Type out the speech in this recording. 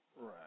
Right